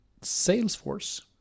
Salesforce